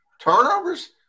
Turnovers